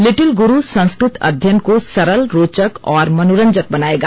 little guru Sanskrit अँध्यनन को सरल रोचक और मनोरंजक बनाएगा